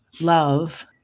Love